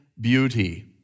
beauty